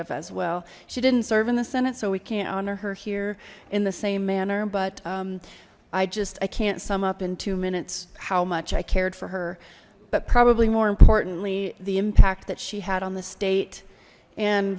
have as well she didn't serve in the senate so we can't honor her here in the same manner but i just i can't sum up in two minutes how much i care for her but probably more importantly the impact that she had on the state and